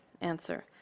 Answer